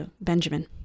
Benjamin